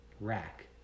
rack